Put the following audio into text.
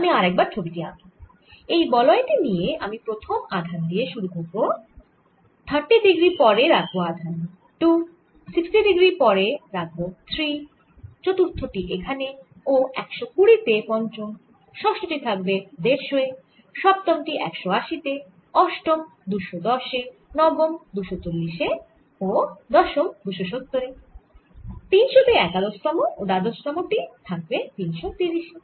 আমি আরেকবার ছবি টি আঁকি এই বলয় টি নিয়ে আমি প্রথম আধান দিয়ে শুরু করব 30 ডিগ্রী পরে রাখব আধান 2 60 ডিগ্রী তে রাখব 3 চতুর্থ এখানে ও 120 তে পঞ্চম ষষ্ট থাকবে 150 এ সপ্তম 180 তে অষ্টম 210 এ নবম 240 এ দশম 270 এ 300 তে একাদশতম ও দ্বাদশতম টি থাকবে 330 এ